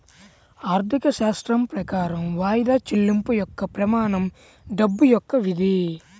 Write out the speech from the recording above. ఆర్థికశాస్త్రం ప్రకారం వాయిదా చెల్లింపు యొక్క ప్రమాణం డబ్బు యొక్క విధి